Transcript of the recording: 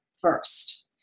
first